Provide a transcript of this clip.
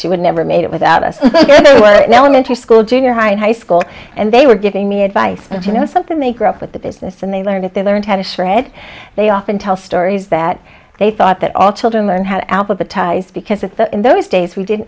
she would never made it without us elementary school junior high and high school and they were giving me advice and you know something they grew up with the business and they learned it they learned how to shred they often tell stories that they thought that all children learn how to alphabetize because at that in those days we did